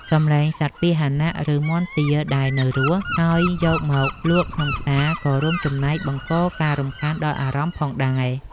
សំឡេងសត្វពាហនៈ ឬមាន់ទាដែលនៅរស់ ហើយយកមកលក់ក្នុងផ្សារក៏រួមចំណែកបង្កការរំខានដល់អារម្មណ៍ផងដែរ។